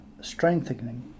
strengthening